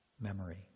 memory